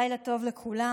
לילה טוב לכולם.